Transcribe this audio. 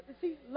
See